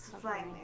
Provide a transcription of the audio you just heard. flying